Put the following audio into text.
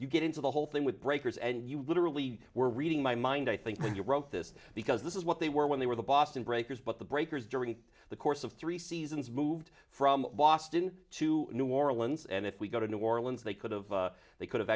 you get into the whole thing with breakers and you literally were reading my mind i think when you wrote this because this is what they were when they were the boston breakers but the breakers during the course of three seasons moved from boston to new orleans and if we go to new orleans they could have they could